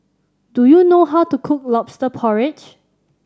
do you know how to cook Lobster Porridge